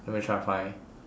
let me try to find